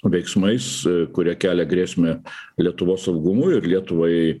veiksmais kurie kelia grėsmę lietuvos saugumui ir lietuvai